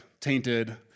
tainted